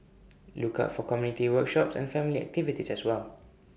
look out for community workshops and family activities as well